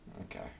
Okay